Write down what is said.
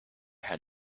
had